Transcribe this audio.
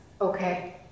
Okay